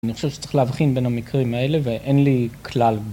אני חושב שצריך להבחין בין המקרים האלה, ואין לי כלל.